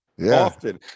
often